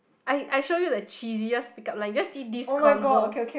I I show you the cheesiest pick up line just see this convo